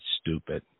stupid